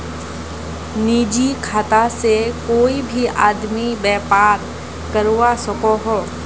निजी खाता से कोए भी आदमी व्यापार करवा सकोहो